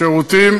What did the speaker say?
גם שומר הסף,